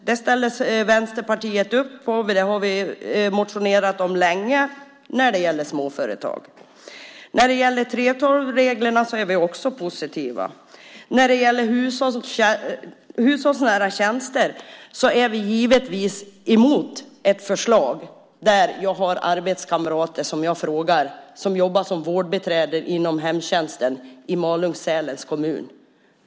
Det ställer Vänsterpartiet upp på. Det har vi motionerat om länge när det gäller småföretag. När det gäller 3:12-reglerna är vi också positiva. När det gäller hushållsnära tjänster är vi givetvis emot ett förslag. Jag har arbetskamrater som jag frågar och som jobbar som vårdbiträden inom hemtjänsten i Malung-Sälens kommun.